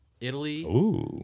Italy